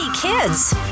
kids